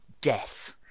death